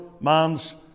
man's